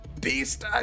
beast